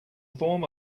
form